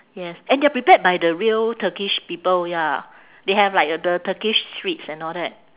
yes and they are prepared by the real turkish people ya they have like uh the turkish streets and all that